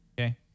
Okay